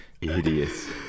Idiots